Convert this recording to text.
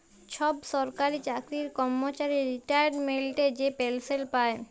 ছব সরকারি চাকরির কম্মচারি রিটায়ারমেল্টে যে পেলসল পায়